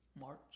March